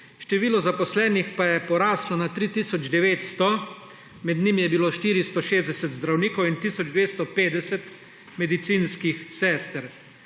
število zaposlenih pa je porastlo na 3 tisoč 900, med njimi je bilo 460 zdravnikov in tisoč 250 medicinskih sester.